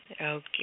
Okay